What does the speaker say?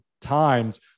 times